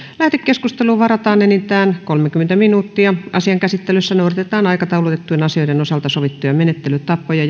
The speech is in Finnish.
lähetekeskusteluun varataan enintään kolmekymmentä minuuttia asian käsittelyssä noudatetaan aikataulutettujen asioiden osalta sovittuja menettelytapoja